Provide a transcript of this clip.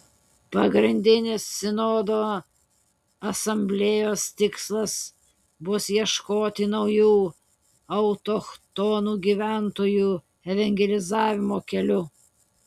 pagrindinis sinodo asamblėjos tikslas bus ieškoti naujų autochtonų gyventojų evangelizavimo kelių